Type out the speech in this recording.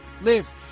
live